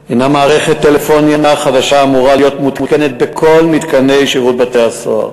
היא מערכת טלפוניה חדשה שאמורה להיות מותקנת בכל מתקני שירות בתי-הסוהר